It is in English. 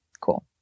cool